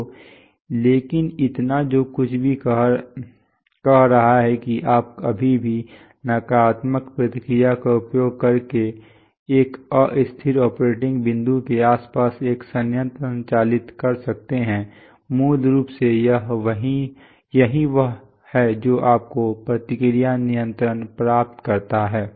तो लेकिन इतना जो कुछ भी कह रहा है कि आप अभी भी नकारात्मक प्रतिक्रिया का उपयोग करके एक अस्थिर ऑपरेटिंग बिंदु के आसपास एक संयंत्र संचालित कर सकते हैं मूल रूप से यही वह है जो आपका प्रतिक्रिया नियंत्रण प्राप्त करता है